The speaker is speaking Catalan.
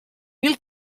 mil